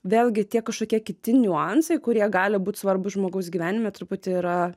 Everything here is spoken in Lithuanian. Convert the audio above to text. vėlgi tie kažkokie kiti niuansai kurie gali būt svarbūs žmogaus gyvenime truputį yra